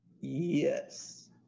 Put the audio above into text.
Yes